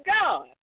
God